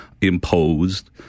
imposed